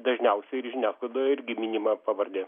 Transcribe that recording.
dažniausiai ir žiniasklaidoje irgi minima pavardė